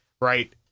right